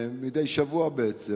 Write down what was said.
מדי שבוע בעצם,